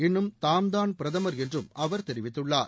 இன்னும் தாம்தான் பிரதமர் என்றும் அவர் தெரிவித்துள்ளார்